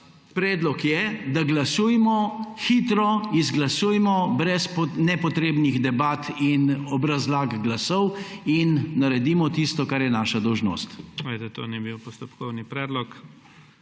Predlog je, da glasujmo hitro, izglasujmo brez nepotrebnih debat in obrazlag glasov in naredimo tisto, kar je naša dolžnost.